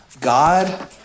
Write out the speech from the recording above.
God